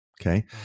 Okay